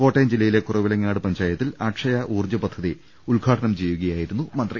കോട്ടയം ജില്ലയിലെ കുറവില ങ്ങാട് പഞ്ചായത്തിൽ അക്ഷയ ഊർജ്ജ പദ്ധതി ഉദ്ഘാടനം ചെയ്യുകയായിരുന്നു മന്ത്രി